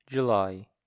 July